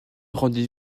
rendez